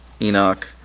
Enoch